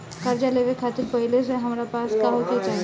कर्जा लेवे खातिर पहिले से हमरा पास का होए के चाही?